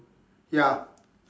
ya